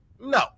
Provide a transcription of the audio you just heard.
No